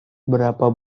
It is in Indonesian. berapa